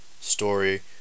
story